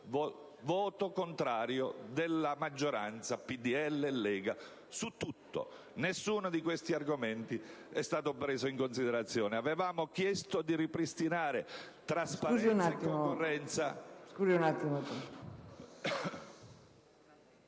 Voto contrario della maggioranza (PdL e Lega) su tutto. Nessuno di questi argomenti è stato preso in considerazione. Avevamo chiesto di ripristinare trasparenza e concorrenza